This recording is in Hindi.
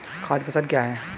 खाद्य फसल क्या है?